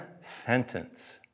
sentence